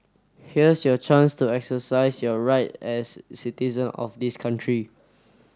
here's your chance to exercise your right as citizen of this country